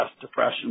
depression